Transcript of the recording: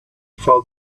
for